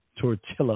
tortilla